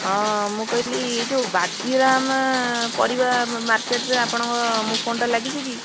ହଁ ମୁଁ କହିଲି ଏ ଯେଉଁ ବାଜିରାମ ପରିବା ମାର୍କେଟରେ ଆପଣଙ୍କ ମୋ ଫୋନ୍ଟା ଲାଗିଛି କି